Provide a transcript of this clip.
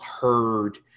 heard